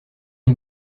une